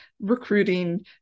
recruiting